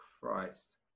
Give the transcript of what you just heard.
Christ